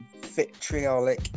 vitriolic